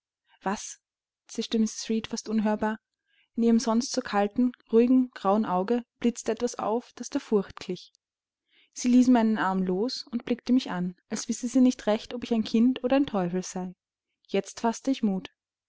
was zischte mrs reed fast unhörbar in ihrem sonst so kalten ruhigen grauen auge blitzte etwas auf das der furcht glich sie ließ meinen arm los und blickte mich an als wisse sie nicht recht ob ich ein kind oder ein teufel sei jetzt faßte ich mut